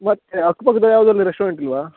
ಮತ್ತೆ ಅಕ್ಕ ಪಕ್ಕದಲ್ಲಿ ಯಾವ್ದು ಅಲ್ಲಿ ರೆಸ್ಟೋರೆಂಟ್ ಇಲ್ಲವಾ